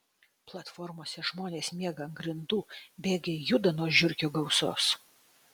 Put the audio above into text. platformose žmonės miega ant grindų bėgiai juda nuo žiurkių gausos